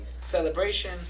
Celebration